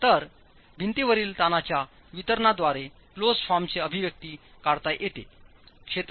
तर भिंतीवरील ताणांच्या वितरणाद्वारे क्लोजड फॉर्मचे अभिव्यक्ती काढता येते